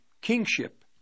kingship